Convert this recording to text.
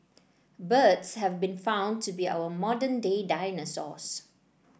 birds have been found to be our modern day dinosaurs